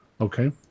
Okay